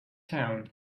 town